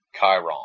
Chiron